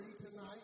tonight